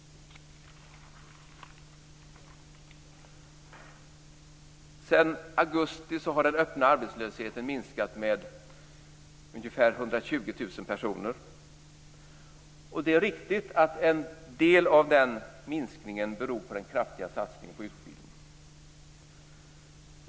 Sedan augusti har den öppna arbetslösheten minskat med ungefär 120 000 personer. Det är riktigt att en del av den minskningen beror på den kraftiga satsningen på utbildning.